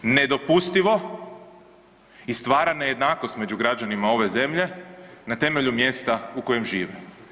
Nedopustivo i stvara nejednakost među građanima ove zemlje na temelju mjesta u kojem žive.